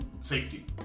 safety